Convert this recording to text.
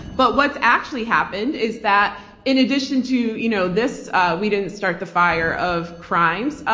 but what's actually happened is that in addition to you know this we didn't start the fire of crimes,